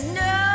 no